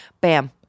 Bam